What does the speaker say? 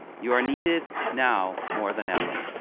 you are needed now more than ever.